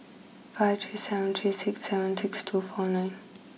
five three seven three six seven six two four nine